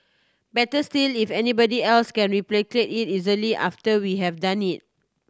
better still if anybody else can replicate it easily after we have done it